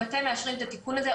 אם אתם מאשרים את התיקון הזה,